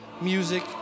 music